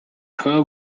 per